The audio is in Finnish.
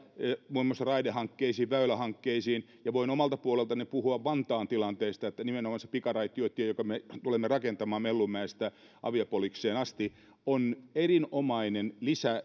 muun muassa raidehankkeisiin väylähankkeisiin ja voin omasta puolestani puhua vantaan tilanteesta nimenomaan se pikaraitiotie jonka me tulemme rakentamaan mellunmäestä aviapolikseen asti on erinomainen